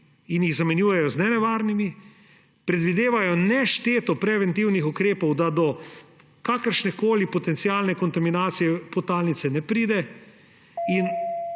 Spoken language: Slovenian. in jih zamenjujejo z nenevarnimi, predvidevajo nešteto preventivnih ukrepov, da do kakršnekoli potencialne kontaminacije podtalnice ne pride.